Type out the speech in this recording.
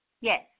Yes